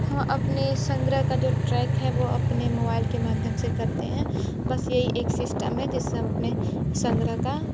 हाँ अपने संग्रह का जो ट्रैक है वो अपने मोबाईल के माध्यम से करते हैं बस यही एक सिस्टम है जिससे हम अपने संग्रह का